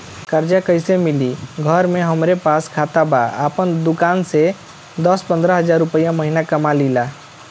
कर्जा कैसे मिली घर में हमरे पास खाता बा आपन दुकानसे दस पंद्रह हज़ार रुपया महीना कमा लीला?